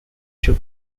show